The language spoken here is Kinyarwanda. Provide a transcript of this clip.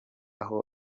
aho